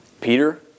Peter